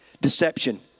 Deception